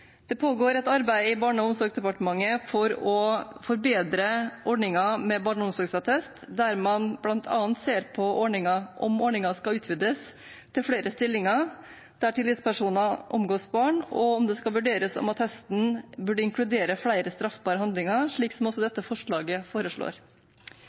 Det pågår et arbeid i Barne- og familiedepartementet for å forbedre ordningen med barneomsorgsattest, der man bl.a. ser på om ordningen skal utvides til flere stillinger der tillitspersoner omgås barn, og om det skal vurderes om attesten bør inkludere flere straffbare handlinger, slik